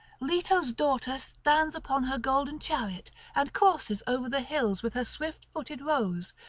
leto's daughter stands upon her golden chariot and courses over the hills with her swift-footed roes,